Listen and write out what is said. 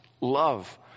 love